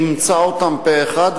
והיא אימצה אותן פה-אחד,